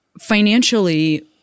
financially